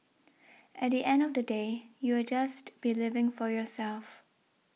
at the end of the day you'll just be living for yourself